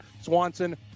Swanson